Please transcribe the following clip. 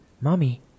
Mommy